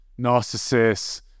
narcissist